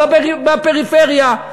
בפריפריה.